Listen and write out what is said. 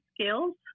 skills